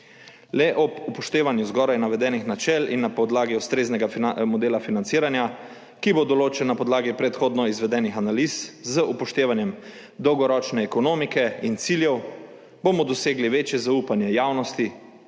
Le ob upoštevanju zgoraj navedenih načel in na podlagi ustreznega modela financiranja, ki bo določen na podlagi predhodno izvedenih analiz z upoštevanjem dolgoročne ekonomike in ciljev, bomo dosegli večje zaupanje javnosti,